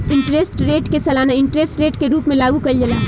interest rate के सालाना interest rate के रूप में लागू कईल जाला